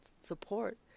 support